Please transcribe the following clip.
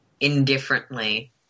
indifferently